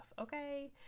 okay